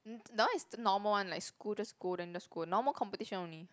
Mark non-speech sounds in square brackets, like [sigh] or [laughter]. [noise] that one is normal one like school just go then just go normal competition only